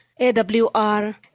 AWR